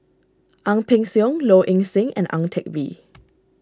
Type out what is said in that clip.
Ang Peng Siong Low Ing Sing and Ang Teck Bee